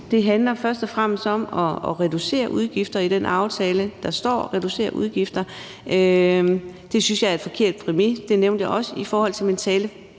handler det først og fremmest om at reducere udgifter – der står: reducere udgifter. Det synes jeg er en forkert præmis, det nævnte jeg også i min tale.